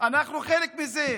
אנחנו חלק מזה.